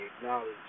acknowledged